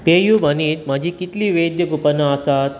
पेयूमनीत म्हजीं कितलीं वैध कूपनां आसात